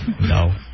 No